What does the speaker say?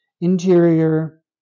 interior